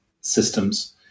systems